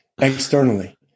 externally